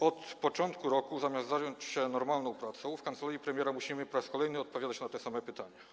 Od początku roku, zamiast zająć się normalną pracą, w kancelarii premiera musimy po raz kolejny odpowiadać na te same pytania.